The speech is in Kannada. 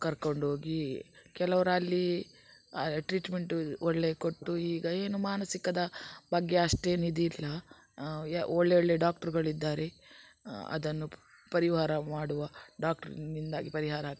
ಕರ್ಕೊಂಡು ಹೋಗಿ ಕೆಲವರು ಅಲ್ಲಿ ಟ್ರೀಟ್ಮೆಂಟ್ ಒಳ್ಳೆ ಕೊಟ್ಟು ಈಗ ಏನು ಮಾನಸಿಕದ ಬಗ್ಗೆ ಅಷ್ಟೆನು ಇದಿಲ್ಲ ಒಳ್ಳೆ ಒಳ್ಳೆ ಡಾಕ್ಟರ್ಗಳಿದ್ದಾರೆ ಅದನ್ನು ಪರಿವಾರ ಮಾಡುವ ಡಾಕ್ಟರ್ನಿಂದಾಗಿ ಪರಿಹಾರ ಆಗ್ತದೆ